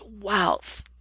wealth